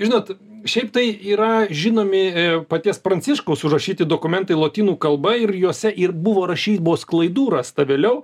žinot šiaip tai yra žinomi ir paties pranciškaus surašyti dokumentai lotynų kalba ir juose ir buvo rašybos klaidų rasta vėliau